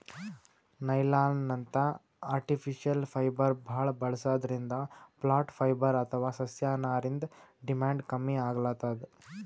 ನೈಲಾನ್ನಂಥ artificial fibre ಭಾಳ್ ಬಳಸದ್ರಿಂದ plant fibre ಅಥವಾ ಸಸ್ಯನಾರಿಂದ್ ಡಿಮ್ಯಾಂಡ್ ಕಮ್ಮಿ ಆಗ್ಲತದ್